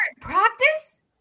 practice